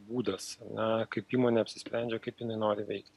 būdas na kaip įmonė apsisprendžia kaip jinai nori veikti